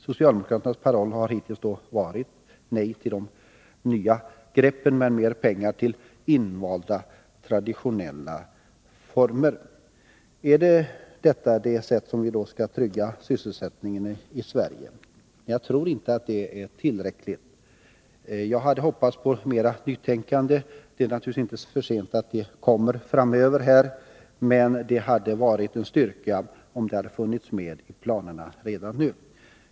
Socialdemokraternas paroll har hittills varit nej till de nya greppen, men mer pengar till invanda, traditionella former. Är det på detta sätt vi skall trygga sysselsättningen i Sverige? Jag tror inte att det är tillräckligt. Jag hade hoppats på mer nytänkande. Det är naturligtvis inte för sent, det kan komma framöver. Men det hade varit en styrka om det hade funnits med i planerna redan nu.